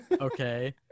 Okay